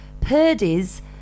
Purdy's